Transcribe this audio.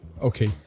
Okay